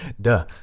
duh